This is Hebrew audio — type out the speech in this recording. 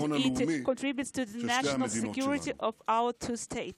והיא תורמת לביטחון הלאומי של שתי המדינות שלנו.